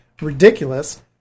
ridiculous